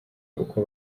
uko